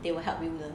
they will help you [one]